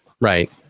Right